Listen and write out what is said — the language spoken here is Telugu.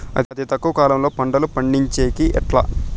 అతి తక్కువ కాలంలో పంటలు పండించేకి ఎట్లా?